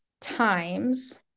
times